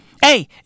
Hey